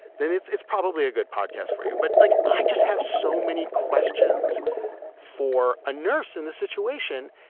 then it's it's probably a good podcast for you. but like, i just have so many questions for a nurse in this situation.